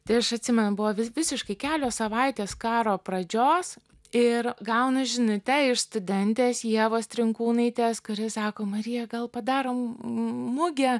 tai aš atsimenu buvo visiškai kelios savaitės karo pradžios ir gaunu žinutę iš studentės ievos trinkūnaitės kuri sako marija gal padarom mugę